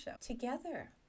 together